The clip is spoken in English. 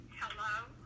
Hello